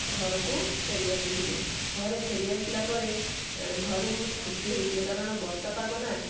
ଘରକୁ ଫେରି ଆସିଥିଲୁ ଘରେ ଫେରି ଆସିଲାପରେ ଘରେ ବହୁତ ଖୁସି ହେଇଥିଲେ କାରଣ ବର୍ଷା ପାଗ ନା